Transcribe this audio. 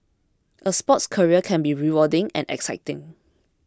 a sports career can be rewarding and exciting